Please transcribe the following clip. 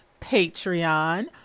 Patreon